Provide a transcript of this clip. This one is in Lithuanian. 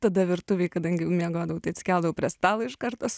tada virtuvėj kadangi miegodavau tai atsikeldavau prie stalo iš karto su